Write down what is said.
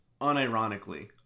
unironically